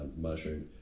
mushroom